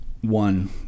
one